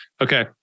okay